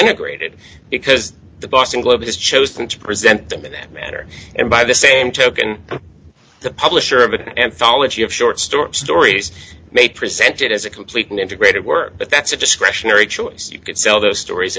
integrated because the boston globe has chosen to present them in that manner and by the same token the pup sure of an anthology of short stories stories may present it as a completely integrated work but that's a discretionary choice you can sell those stories